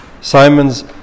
Simon's